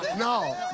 no.